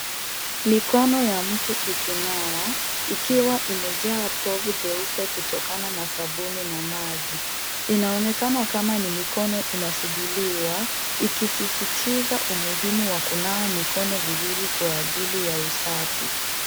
Mikono ya mtu ikinawa, ikiwa imejaa povu jeupe kutokana na sabuni na maji, inaonekana kama ni mikono inasuguliwa, ikisisitiza umuhimu wa kunawa mikono vizuri kwa ajili ya usafi.